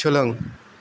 सोलों